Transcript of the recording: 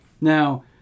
Now